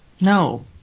No